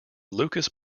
lucas